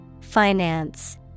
finance